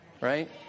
right